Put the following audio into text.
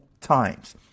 times